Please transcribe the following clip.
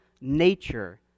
nature